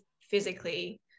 physically